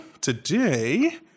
today